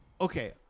okay